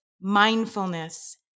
mindfulness